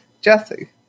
Jesse